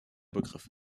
begriff